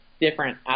different